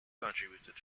contributed